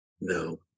No